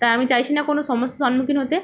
তাই আমি চাইছি না কোনো সমস্যা সম্মুখীন হতে